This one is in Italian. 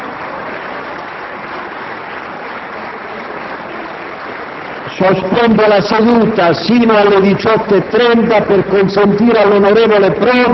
Grazie, signor Presidente del Consiglio.